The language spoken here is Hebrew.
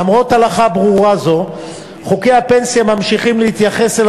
למרות הלכה ברורה זו חוקי הפנסיה ממשיכים להתייחס אל